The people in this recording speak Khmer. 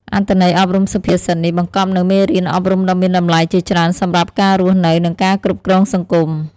អត្ថន័យអប់រំសុភាសិតនេះបង្កប់នូវមេរៀនអប់រំដ៏មានតម្លៃជាច្រើនសម្រាប់ការរស់នៅ និងការគ្រប់គ្រងសង្គម។